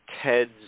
Ted's